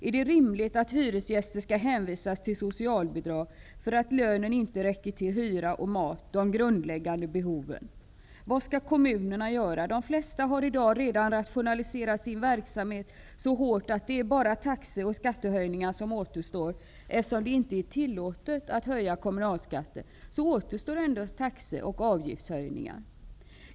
Är det rimligt att hyresgäster skall hänvisas till socialbidrag för att lönen inte räcker till hyra och mat, de grundläggande behoven? Vad skall kommunerna göra? De flesta kommuner har i dag redan rationaliserat sin verksamhet så hårt att det bara är taxe och skattehöjningar som återstår. Eftersom det inte är tillåtet att höja kommunalskatten återstår endast taxe och avgiftshöjningar.